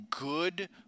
good